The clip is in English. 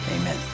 Amen